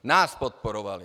Nás podporovali.